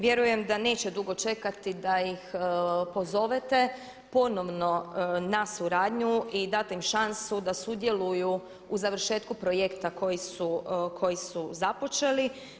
Vjerujem da neće dugo čekati da ih pozovete ponovno na suradnju i date im šansu da sudjeluju u završetku projekta koji su započeli.